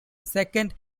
second